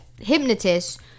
hypnotist